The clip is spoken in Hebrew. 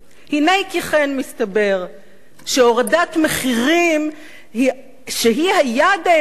הנה כי כן מסתבר שהורדת מחירים שהיא היעד העליון,